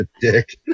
dick